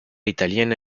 italiana